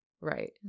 right